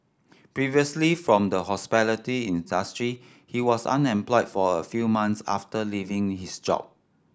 previously from the hospitality industry he was unemployed for a few months after leaving his job